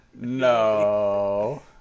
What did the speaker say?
No